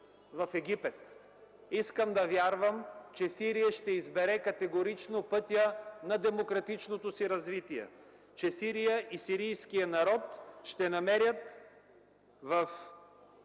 в Египет. Искам да вярвам, че Сирия ще избере категорично пътя на демократичното си развитие, че Сирия и сирийският народ ще намерят в принципите